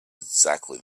exactly